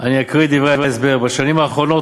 אני אקריא את דברי ההסבר: "בשנים האחרונות